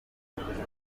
ndashaka